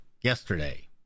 yesterday